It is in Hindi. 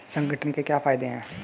संगठन के क्या फायदें हैं?